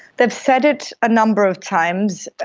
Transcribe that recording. they've said it a number of times.